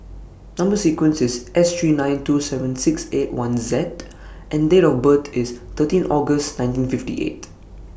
Number sequence IS S three nine two seven six eight one Z and Date of birth IS thirteen August nineteen fifty eight